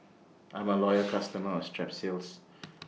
I'm A Loyal customer of Strepsils